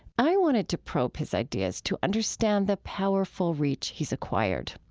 i wanted to probe his ideas to understand the powerful reach he has acquired.